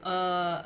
err